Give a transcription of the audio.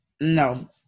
No